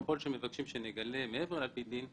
ככל שמבקשים שנגלה מעבר, וגם